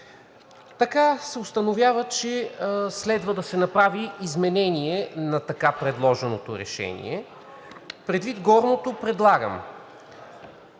Така се установява, че следва да се направи изменение на така предложеното решение. Предвид горното, предлагам